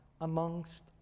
amongst